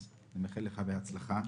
אני מאחל לך בהצלחה,